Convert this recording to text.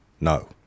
No